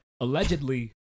allegedly